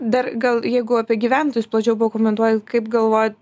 dar gal jeigu apie gyventojus plačiau pakomentuoti kaip galvojat